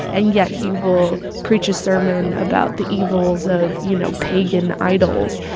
and yet, he will preach a sermon about the evils of, you know, pagan idols